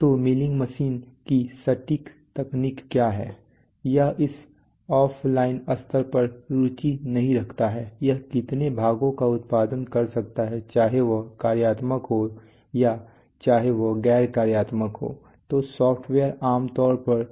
तो milling machine की सटीक तकनीक क्या है यह इस ऑफ़लाइन स्तर पर रुचि नहीं रखता है यह कितने भागों का उत्पादन कर सकता है चाहे वह कार्यात्मक हो या चाहे वह गैर कार्यात्मक हो तो सॉफ्टवेयर आम तौर पर